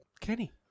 Kenny